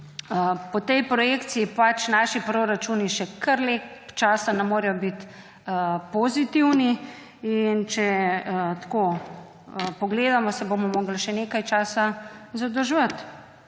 po tej projekciji pač naši proračuni še kar lep čas ne morejo biti pozitivni. In če tako pogledamo, se bomo morali še nekaj časa zadolževati,